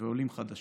עולים חדשים,